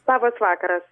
labas vakaras